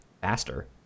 faster